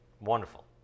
wonderful